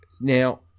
Now